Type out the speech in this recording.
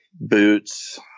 boots